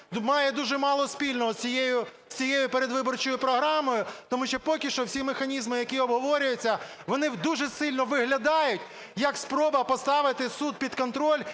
має дуже мало спільного з цією передвиборчою програмою, тому що поки що всі механізми, які обговорюються, вони дуже сильно виглядають як спроба поставити суд під контроль